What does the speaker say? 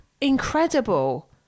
incredible